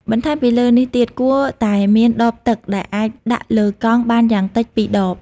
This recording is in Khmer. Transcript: បន្ថែមពីលើនេះទៀត គួរតែមានដបទឹកដែលអាចដាក់លើកង់បានយ៉ាងតិច ២ ដប។